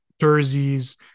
Jersey's